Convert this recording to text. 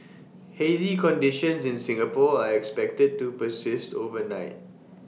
hazy conditions in Singapore are expected to persist overnight